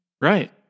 Right